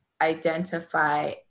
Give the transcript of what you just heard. identify